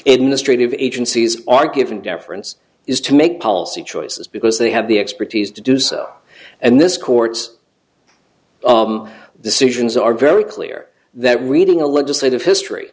of agencies are given deference is to make policy choices because they have the expertise to do so and this court's decisions are very clear that reading a legislative history